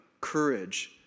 courage